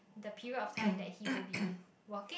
the period of time that he will be working